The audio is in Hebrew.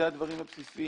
זה הדברים הבסיסיים.